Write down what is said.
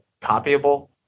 copyable